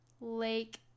lake